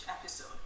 episode